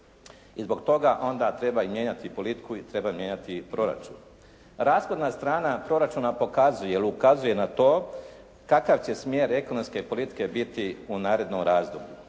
i zbog toga onda treba i mijenjati politiku i treba mijenjati proračun. Rashodna strana proračuna pokazuje ili ukazuje na to kakav će smjer ekonomske politike biti u narednom razdoblju?